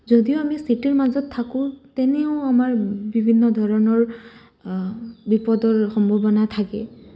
যদিও আমি চিটিৰ মাজত থাকোঁ তেনেও আমাৰ বিভিন্ন ধৰণৰ বিপদৰ সম্ভাৱনা থাকে